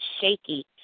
shaky